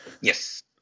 Yes